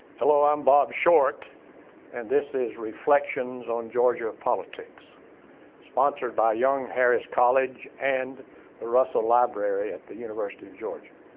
hello. i'm bob short and this is reflections on georgia politics sponsored by young harris college and the russell library at the university of georgia.